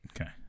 Okay